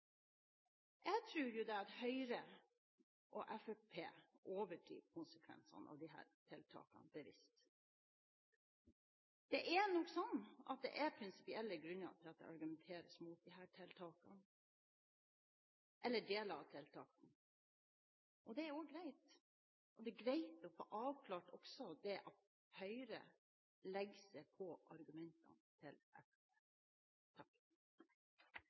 at Høyre og Fremskrittspartiet bevisst overdriver konsekvensene av disse tiltakene. Det er nok sånn at det er prinsipielle grunner til at det argumenteres mot deler av disse tiltakene. Det er greit. Det er også greit å få avklart at Høyre legger seg på argumentene til